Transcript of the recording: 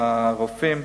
לרופאים,